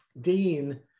Dean